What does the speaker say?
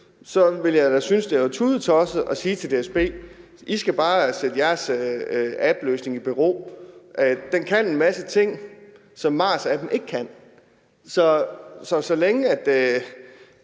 ville jeg da synes, det var tudetosset at sige til DSB: I skal bare sætte jeres appløsning i bero. Den kan en masse ting, som MaaS-appen ikke kan, så så længe